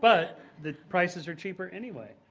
but the prices are cheaper anyway.